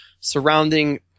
surrounding